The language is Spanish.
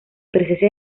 presencia